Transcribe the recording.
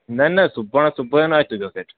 न न सुभाणे सुबुह न अचिजो हुते